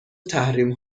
تحریم